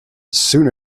soon